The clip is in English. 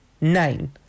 nine